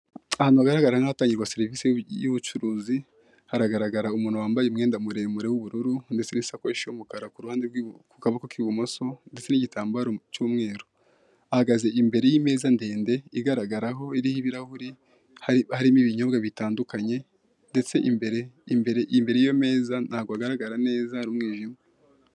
Ahantu hagaragara nkahatangirwa serivise y'ubucuruzi haragaragara umuntu wambaye umwenda muremure w'ubururu ndetse n'ishakoshi y'umukara kukaboko k'ibumoso ndetse n'igitambaro cy'umweru, ahagaze imbere y'imeza ndende igaragaraho iriho ibirahuri harimo ibinyobwa bitandukanye ndetse imbere y'ameza ntabwo hagaragara neza hari umwijima.